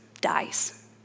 dies